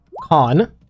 Con